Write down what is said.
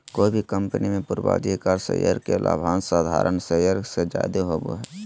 कोय भी कंपनी मे पूर्वाधिकारी शेयर के लाभांश साधारण शेयर से जादे होवो हय